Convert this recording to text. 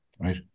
Right